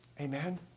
Amen